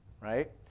Right